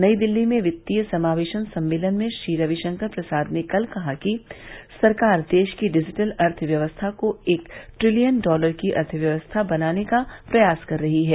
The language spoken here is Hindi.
नई दिल्ली में वित्तीय समावेशन सम्मेलन में श्री रविशंकर प्रसाद ने कल कहा कि सरकार देश की डिजिटल अर्थव्यवस्था को एक ट्रिलियन डॉलर की अर्थव्यवस्था बनाने का प्रयास कर रही है